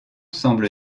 semble